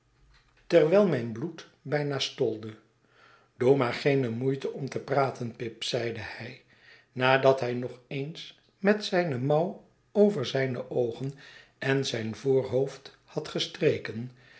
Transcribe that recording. terwijl mijn bloed bijna stolde doe maar geene moeite om te praten pip zeide hij nadat hij nog eens met zijne mouw over zijne oogen en zijn voorhoofd had gestreken